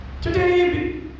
today